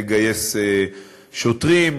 לגייס שוטרים,